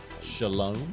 Shalom